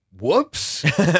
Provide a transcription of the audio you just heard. whoops